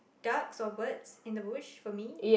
ducks or birds in the bush for me